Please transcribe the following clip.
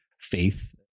faith